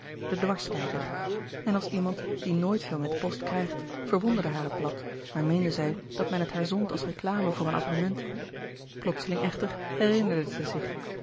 de dwarskijker en als iemand die nooit veel met de post krijgt verwonderde haar het blad maar meende zij dat men het haar zond als reclame voor een abonnement plotseling echter herinnerde zij zich